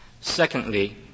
Secondly